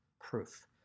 Proof